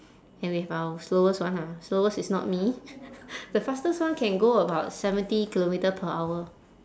and we have our slowest one ha slowest is not me the fastest one can go about seventy kilometre per hour